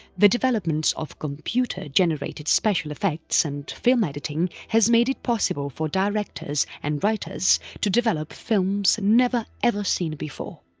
the developments of computer generated special effects and film editing has made it possible for directors and writers to develop films never ever seen before.